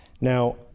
Now